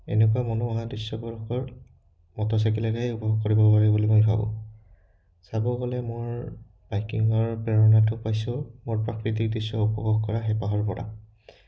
এনেকুৱা মনোমোহা দৃশ্যবোৰ অকল মটৰচাইকেলেৰেহে উপভোগ কৰিব পাৰি বুলি মই ভাবোঁ চাব গ'লে মোৰ বাইকিঙৰ প্ৰেৰণাটো পাইছোঁ মোৰ প্ৰাকৃতিক দৃশ্য উপভোগ কৰা হেঁপাহৰ পৰা